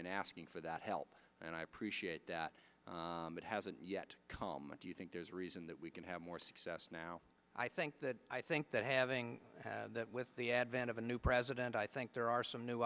and asking for that help and i appreciate that but hasn't yet come do you think there's a reason that we can have more success now i think that i think that having that with the advent of a new president i think there are some new